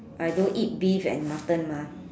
I don't eat beef and mutton mah